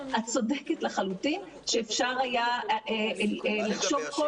את צודקת לחלוטין שאפשר היה לחשוב כל